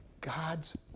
God's